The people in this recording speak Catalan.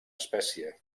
espècie